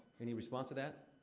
any response to that?